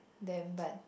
them but